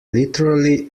literally